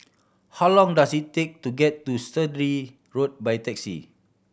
how long does it take to get to Sturdee Road by taxi